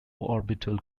orbital